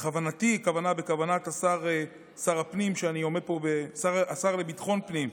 בכוונתי, הכוונה בכוונת השר, השר לביטחון פנים,